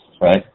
right